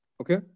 Okay